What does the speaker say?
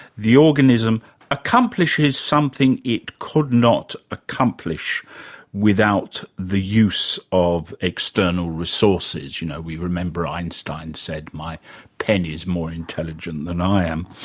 the organism accomplishes something it could not accomplish without the use of external resources. you know, we remember einstein said, my pen is more intelligent than i am,